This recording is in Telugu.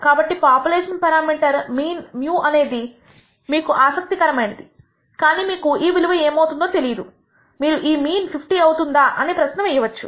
కాబట్టి పాపులేషన్ పేరామీటర్ మీన్ μ అనేది ఇది మీకు ఆసక్తి కరమైనదికానీ మీకు ఈ విలువ ఏమవుతుందో తెలియదు మీరు ఈ మీన్ 50 అవుతుందా అనే ప్రశ్న వేయవచ్చు